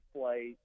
play